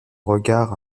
regard